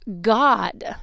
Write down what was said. god